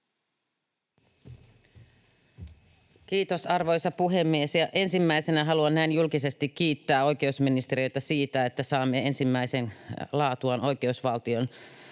Content: Arvoisa puhemies! Ensimmäiseksi haluan näin julkisesti kiittää oikeusministeriötä siitä, että saamme oikeudenhoidosta valtioneuvoston